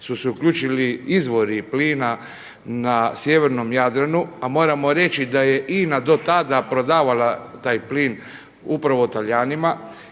su se uključili izvori plina na sjevernom Jadranu, a moramo reći da je INA do tada prodavala taj plin upravo Talijanima